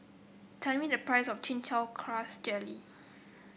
tell me the price of Chin Chow Grass Jelly